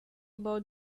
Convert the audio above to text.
about